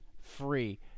free